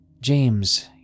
James